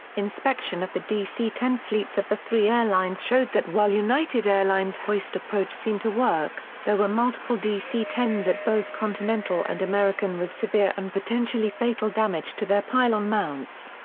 inspection of the dc ten fleets of the three airlines showed that while united airlines' hoist approach seemed to work, there were multiple dc ten s at both continental and american with severe and potentially fatal damage to their pylon mounts.